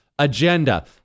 Agenda